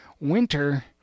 Winter